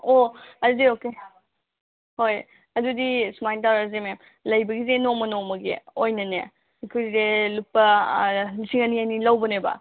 ꯑꯣ ꯑꯗꯨꯗꯤ ꯑꯣꯀꯦ ꯍꯣꯏ ꯑꯗꯨꯗꯤ ꯁꯨꯃꯥꯏꯅ ꯇꯧꯔꯁꯦ ꯃꯦꯝ ꯂꯩꯕꯒꯤꯁꯦ ꯅꯣꯡꯃ ꯅꯣꯡꯃꯒꯤ ꯑꯣꯏꯅꯅꯦ ꯑꯩꯈꯣꯏꯁꯦ ꯂꯨꯄꯥ ꯂꯤꯁꯤꯡ ꯑꯅꯤ ꯑꯅꯤ ꯂꯧꯕꯅꯦꯕ